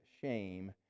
shame